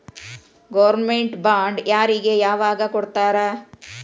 Government bond ಯಾರಿಗೆ ಯಾವಗ್ ಕೊಡ್ತಾರ?